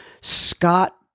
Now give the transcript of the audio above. Scott